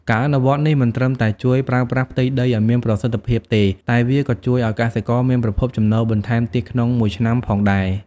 ការអនុវត្តនេះមិនត្រឹមតែជួយប្រើប្រាស់ផ្ទៃដីឱ្យមានប្រសិទ្ធភាពទេ តែវាក៏ជួយឱ្យកសិករមានប្រភពចំណូលបន្ថែមទៀតក្នុងមួយឆ្នាំផងដែរ។